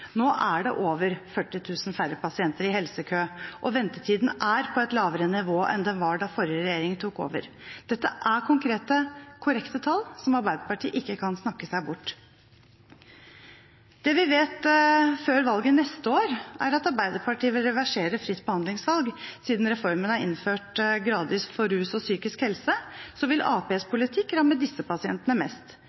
Nå er det over 40 000 færre pasienter i helsekø, og ventetiden er på et lavere nivå enn den var da forrige regjering tok over. Dette er konkrete, korrekte tall, som Arbeiderpartiet ikke kan snakke bort. Det vi vet før valget neste år, er at Arbeiderpartiet vil reversere fritt behandlingsvalg. Siden reformen er innført gradvis for rus og psykisk helse, vil Arbeiderpartiets politikk ramme disse pasientene mest